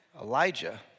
Elijah